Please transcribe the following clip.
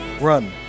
run